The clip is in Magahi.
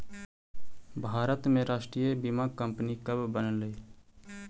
भारत में राष्ट्रीय बीमा कंपनी कब बनलइ?